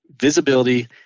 visibility